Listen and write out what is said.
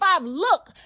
look